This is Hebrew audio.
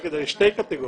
קטגוריות.